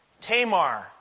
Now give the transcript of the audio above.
Tamar